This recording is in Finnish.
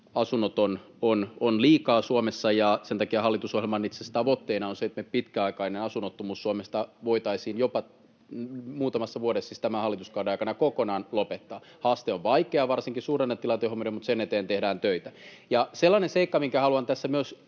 asunnoton on liikaa Suomessa, niin sen takia itse asiassa hallitusohjelman tavoitteena on se, että me pitkäaikainen asunnottomuus Suomesta voitaisiin jopa muutamassa vuodessa, siis tämän hallituskauden aikana, kokonaan lopettaa. Haaste on vaikea varsinkin suhdannetilanne huomioiden, mutta sen eteen tehdään töitä. Ja sellainen seikka, minkä haluan tässä myös